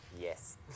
yes